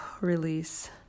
Release